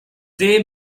they